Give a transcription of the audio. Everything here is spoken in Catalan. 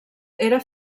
era